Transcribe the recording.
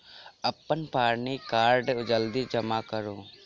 अप्पन पानि कार्ड जल्दी जमा करू?